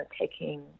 taking